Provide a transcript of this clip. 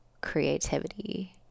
creativity